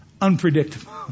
Unpredictable